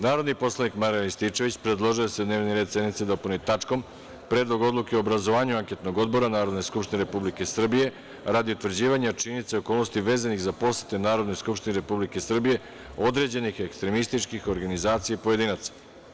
Narodni poslanik Marijan Rističević predložio je da se dnevni red sednice dopuni tačkom – Predlog odluke o obrazovanju anketnog odbora Narodne Skupštine Republike Srbije radi utvrđivanje činjenica i okolnosti vezanih za posete Narodnoj skupštini Republike Srbije određenih ekstremističkih organizacija i pojedinaca.